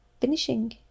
finishing